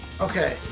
Okay